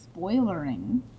spoilering